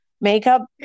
makeup